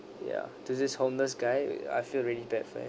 ya to this homeless guy I feel really bad for him